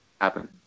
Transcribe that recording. happen